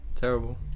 terrible